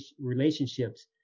relationships